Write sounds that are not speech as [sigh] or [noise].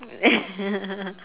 [laughs]